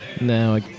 No